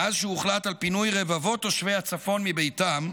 מאז שהוחלט על פינוי רבבות תושבי הצפון מביתם,